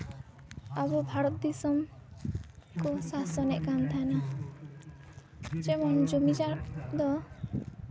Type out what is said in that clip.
ᱟᱵᱚ ᱵᱷᱟᱨᱚᱛ ᱫᱤᱥᱚᱢ ᱠᱚ ᱥᱟᱥᱚᱱᱮᱫ ᱠᱟᱱ ᱛᱟᱦᱮᱱᱟ ᱡᱮᱢᱚᱱ ᱡᱚᱢᱤᱫᱟᱨ ᱫᱚ